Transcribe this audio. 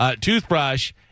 Toothbrush